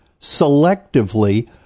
Selectively